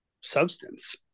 substance